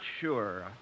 sure